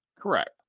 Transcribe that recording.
Correct